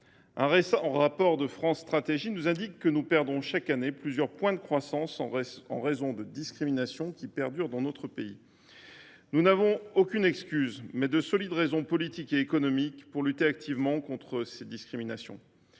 rapport de France Stratégie indique que nous perdons chaque année plusieurs points de croissance en raison des discriminations qui perdurent dans notre pays. Nous n’avons donc aucune excuse, mais nous avons de solides raisons politiques et économiques pour lutter activement contre les discriminations.